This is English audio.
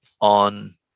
on